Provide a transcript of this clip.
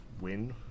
win